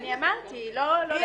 אני אמרתי, ------ בשידור חי.